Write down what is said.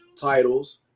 titles